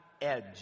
edge